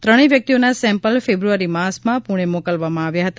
ત્રણેય વ્યક્તિઓના sample February માસમાં પુણે મોકલાવમાં આવ્યા હતા